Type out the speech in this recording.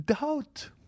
Doubt